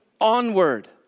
onward